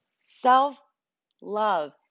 Self-love